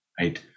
right